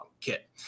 kit